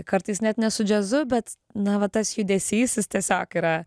kartais net ne su džiazu bet na va tas judesys jis tiesiog yra